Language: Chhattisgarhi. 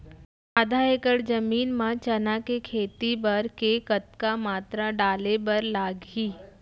आधा एकड़ जमीन मा चना के खेती बर के कतका मात्रा डाले बर लागही?